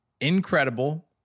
incredible